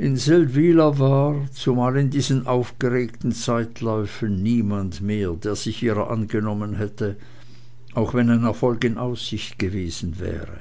in seldwyla war zumal in diesen aufgeregten zeitläufen niemand mehr der sich ihrer angenommen hätte auch wenn ein erfolg in aussicht gewesen wäre